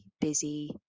busy